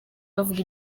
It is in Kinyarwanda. bavuga